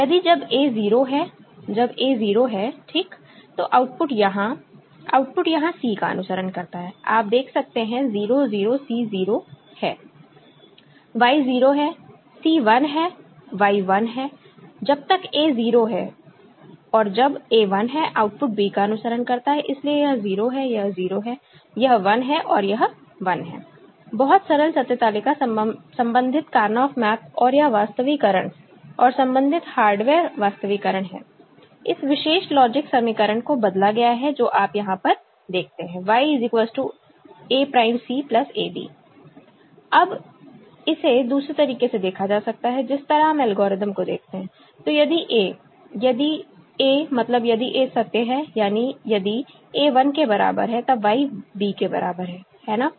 यदि जब A 0 है जब A 0 है ठीक तो आउटपुट यहां आउटपुट यहां C का अनुसरण करता है आप देख सकते हैं 0 0 C 0 है Y 0 है C 1 है Y 1 है जब तक A 0 है और जब A 1 है आउटपुट B का अनुसरण करता है इसलिए यह 0 है यह 0 है यह 1 है और यह 1 है बहुत सरल सत्य तालिका संबंधित कारनॉफ मैप और यह वास्तविकरण और संबंधित हार्डवेयर वास्तविकरण है इस विशेष लॉजिक समीकरण को बदला गया है जो आप यहां पर देखते हैं Y A'C AB अब इसे दूसरे तरीके से देखा जा सकता है जिस तरह हम एल्गोरिदम को देखते हैं तो यदि A यदि A मतलब यदि A सत्य है यानी यदि A 1 के बराबर है तब Y B के बराबर है है ना